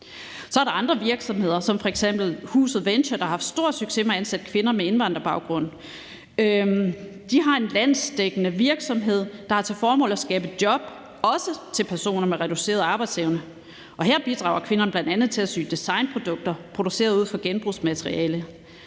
Så er der andre virksomheder som f.eks. Huset Venture, der har haft stor succes med at ansætte kvinder med indvandrerbaggrund. De har en landsdækkende virksomhed, der har til formål at skabe job, også til personer med reduceret arbejdsevne, og her bidrager kvinderne bl.a. til at sy designprodukter produceret ud fra genbrugsmateriale.